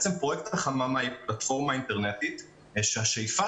פרויקט החממה הוא פלטפורמה אינטרנטית שהשאיפה